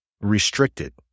restricted